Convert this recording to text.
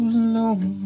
alone